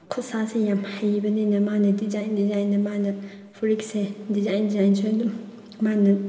ꯈꯨꯠ ꯁꯥꯁꯦ ꯌꯥꯝ ꯍꯩꯕꯅꯤꯅ ꯃꯥꯅ ꯗꯤꯖꯥꯏꯟ ꯗꯤꯖꯥꯏꯟꯗ ꯃꯥꯅ ꯐꯨꯔꯤꯠꯁꯦ ꯗꯤꯖꯥꯏꯟ ꯗꯤꯖꯥꯏꯟꯁꯨ ꯑꯗꯨꯝ ꯃꯥꯅ